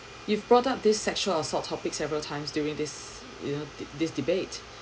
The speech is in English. you brought up this sexual assault topic several times during this you know this debate